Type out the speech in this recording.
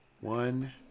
one